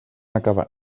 acabat